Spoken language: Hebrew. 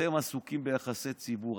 אתם עסוקים ביחסי ציבור.